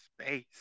space